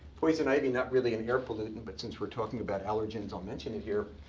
poison ivy, not really an air pollutant, but since we're talking about allergens i'll mention it here.